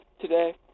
today